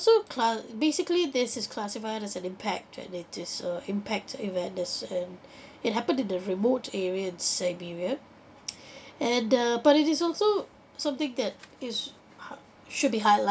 so cla~ basically this is classified as an impact and it is a impact event that's and it happened in the remote area in siberia and uh but it is also something that is hig~ should be highlighted